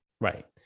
Right